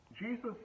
Jesus